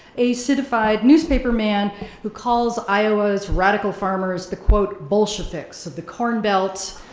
a citified newspaper man who calls iowa's radical farmers the quote bolsheviks of the corn belt,